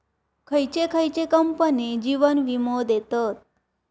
खयचे खयचे कंपने जीवन वीमो देतत